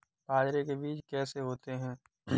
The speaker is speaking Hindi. बाजरे के बीज कैसे होते हैं?